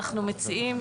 אנחנו מציעים